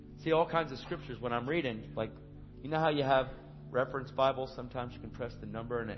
see, all kinds of scriptures, when i'm reading, like you know how you have reference bibles sometimes you can press the number, and and